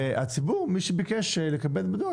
והציבור מי שביקש לקבל את זה בדואר,